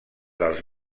dels